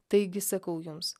taigi sakau jums